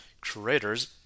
creators